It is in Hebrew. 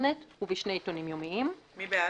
25. מי בעד?